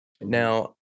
Now